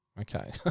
Okay